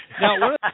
Now